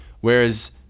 Whereas